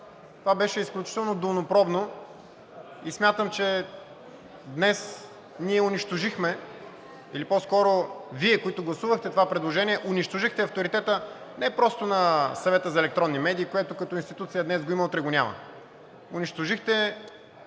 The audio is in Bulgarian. Това беше изключително долнопробно и смятам, че днес ние унищожихме, или по-скоро Вие, които гласувахте това предложение, унищожихте авторитета не просто на Съвета за електронни медии, което като институция днес го има – утре го няма, унищожихте